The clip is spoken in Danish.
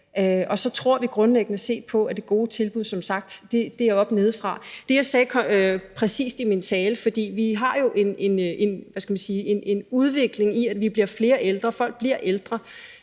og så tror vi grundlæggende set på, at det gode tilbud som sagt er nedefra og op. Det sagde jeg præcis i min tale, for vi har jo en udvikling i, at vi bliver flere ældre. Folk bliver ældre,